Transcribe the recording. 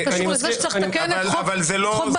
אבל זה לא,